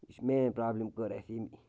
یہِ چھِ main problem کٔر اَسہِ ییٚمۍ